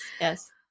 yes